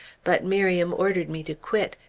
but miriam ordered me to quit,